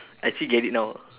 I actually get it now